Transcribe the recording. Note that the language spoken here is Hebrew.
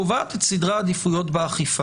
וכו'.